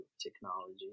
technology